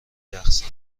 رقصن